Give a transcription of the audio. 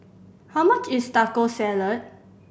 how much is Taco Salad